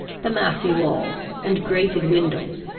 the massy walls, and grated windows,